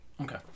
Okay